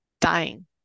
dying